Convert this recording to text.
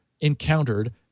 encountered